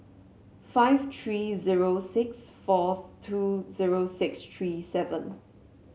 five three zero six four two zero six three seven